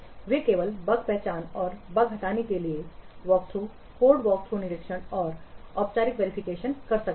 वे केवल बग पहचान और बग हटाने के लिए वॉकथ्रू कोड वॉकथ्रू निरीक्षण और औपचारिक वेरीफिकेशन कर सकते हैं